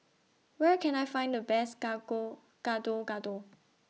Where Can I Find The Best Gado Gado